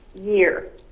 year